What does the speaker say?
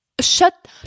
Shut